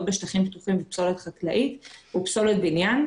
בשטחים פתוחים של פסולת חקלאית ופסולת בניין.